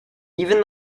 even